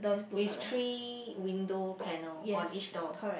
with three window panel on each door